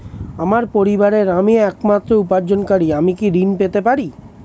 আমার পরিবারের আমি একমাত্র উপার্জনকারী আমি কি ঋণ পেতে পারি?